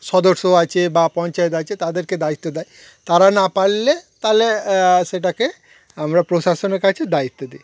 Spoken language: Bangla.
সদস্য আছে বা পঞ্চায়েত আছে তাদেরকে দায়িত্ব দেয় তারা না পারলে তাহলে সেটাকে আমরা প্রশাসনের কাছে দায়িত্ব দিই